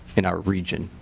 in our region.